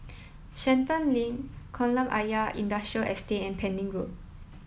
Shenton Lane Kolam Ayer Industrial Estate and Pending Road